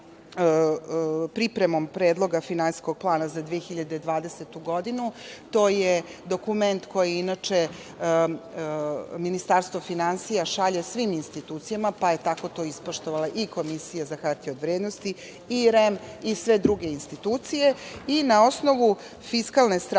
pripremom predloga Finansijskog plana za 2020. godinu. To je dokument koji inače Ministarstvo finansija šalje svim institucijama, pa je tako to ispoštovala i Komisija za hartije od vrednosti i REM i sve druge institucije i na osnovu fiskalne strategije